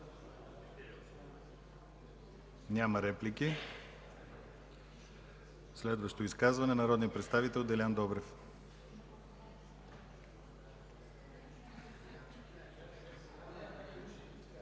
Няма реплики. Следващо изказване – народният представител Делян Добрев.